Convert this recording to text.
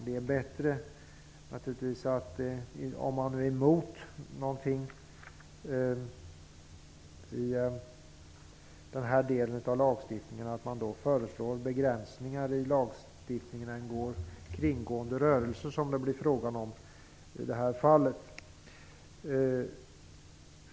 Om man är emot någonting i denna del av lagstiftningen är det bättre att man föreskriver begränsningar i lagstiftningen än att man gör kringgående rörelser, som det blir fråga om i det här fallet.